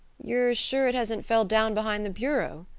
you're sure it hasn't fell down behind the bureau?